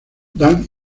dan